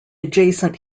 adjacent